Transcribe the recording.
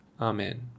Amen